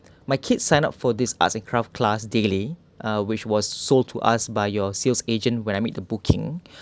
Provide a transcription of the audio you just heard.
my kids signed up for this arts and craft class daily uh which was sold to us by your sales agent when I make the booking